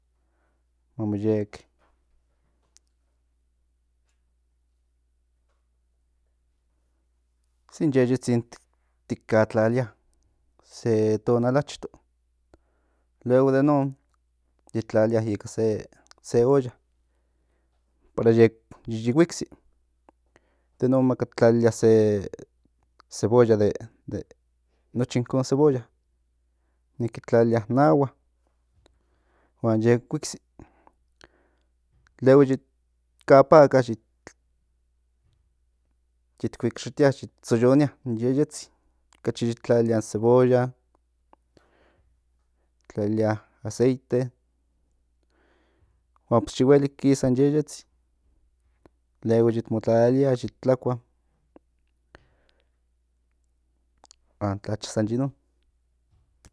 Ma mo yek in yeyetzin tik atlalia se tonal achto luego den non tik tlalia ikan se olla para yek yo huiksi den non maka tlalia se cebolla de noche inkon cebollaniki tlalia in atl huan yek huiksi luego yit kapaka tit huikshitia yit tzoyonia in yeyetzin okachi yit tlalilia in cebolla tlalilia aceite huan pues yo huelik kisa in yeyetzin luego yit mo tlalia yit tlakua huan tlacha san yin non